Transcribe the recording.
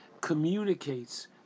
communicates